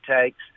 takes